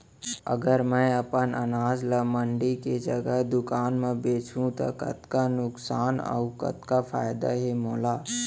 अगर मैं अपन अनाज ला मंडी के जगह दुकान म बेचहूँ त कतका नुकसान अऊ फायदा हे मोला?